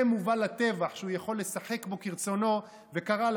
שה מובל לטבח שהוא יכול לשחק בו כרצונו וקרא לו,